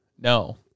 No